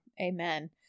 amen